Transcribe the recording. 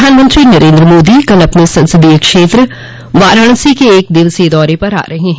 प्रधानमंत्री नरेन्द्र मोदी कल अपने संसदीय क्षेत्र वाराणसी क एक दिवसीय दौरे पर आ रहे हैं